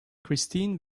christine